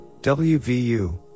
WVU